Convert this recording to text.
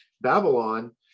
babylon